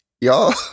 y'all